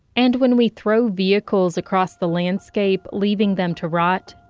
and when we throw vehicles across the landscape, leaving them to rot,